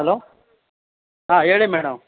hello ಆಂ ಹೇಳಿ madam